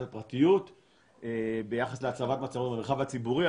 הפרטיות ביחס להצבת מצלמות במרחב הציבורי.